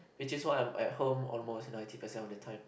which is why I'm at home almost ninety percent of the time